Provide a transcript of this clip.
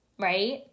right